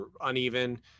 uneven